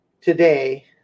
today